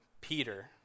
Peter